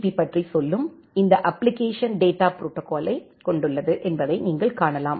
B பற்றி சொல்லும் இந்த அப்ப்ளிகேஷன் டேட்டா ப்ரோடோகாலை கொண்டுள்ளது என்பதை நீங்கள் காணலாம்